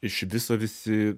iš viso visi